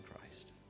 Christ